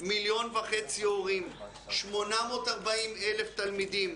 מיליון וחצי הורים, 840,000 תלמידים: